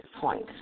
point